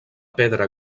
pedra